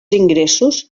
ingressos